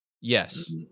Yes